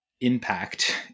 impact